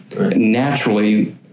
naturally